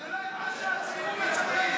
אל תפחד להגיד,